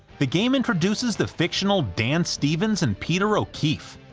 the game introduces the fictional dan stevens and peter o'keefe,